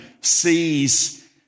sees